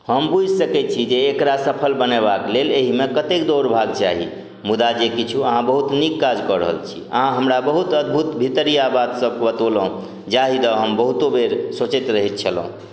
हम बुझि सकैत छी जे एकरा सफल बनेबाक लेल एहिमे कतेक दौड़ भाग चाही मुदा जे किछु अहाँ बहुत नीक काज कऽ रहल छी अहाँ हमरा बहुत अद्भुत भितरिया बात सब बतौलहुॅं जाहि दऽ हम बहुतो बेर सोचैत रहैत छलहुँ